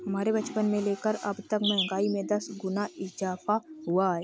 हमारे बचपन से लेकर अबतक महंगाई में दस गुना इजाफा हुआ है